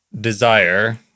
desire